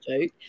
joke